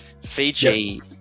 Fiji